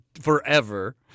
forever